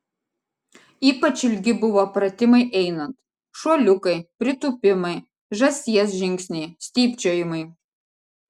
ypač ilgi buvo pratimai einant šuoliukai pritūpimai žąsies žingsniai stypčiojimai